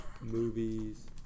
movies